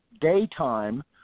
daytime